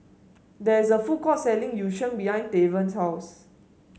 there is a food court selling Yu Sheng behind Tavon's house